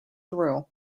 through